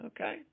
Okay